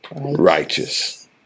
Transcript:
righteous